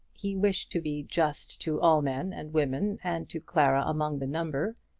he wished to be just to all men and women, and to clara among the number.